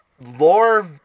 lore